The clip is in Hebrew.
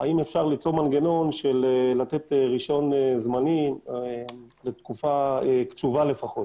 האם אפשר למצוא מנגנון לתת רישיון זמני לתקופה קצובה לפחות